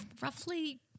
roughly